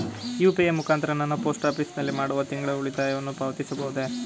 UPI ಮುಖಾಂತರ ನಾನು post office ನಲ್ಲಿ ಮಾಡುವ ತಿಂಗಳ ಉಳಿತಾಯವನ್ನು ಪಾವತಿಸಬಹುದೇ?